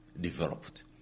developed